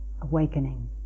awakening